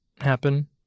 happen